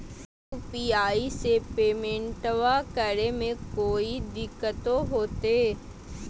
UPI से पेमेंटबा करे मे कोइ दिकतो होते?